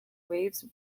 waves